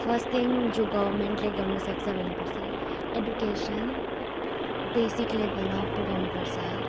first thing जो गभर्मेन्टले गर्नुसक्छ भन्योपछि एडुकेसन बेसिक लेबलमा पुर्याउनुपर्छ